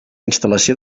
instal·lació